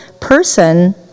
person